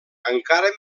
encara